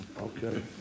Okay